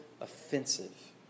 offensive